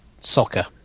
soccer